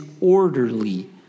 orderly